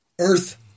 earth